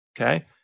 Okay